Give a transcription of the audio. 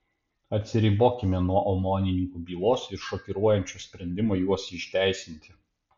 atsiribokime nuo omonininkų bylos ir šokiruojančio sprendimo juos išteisinti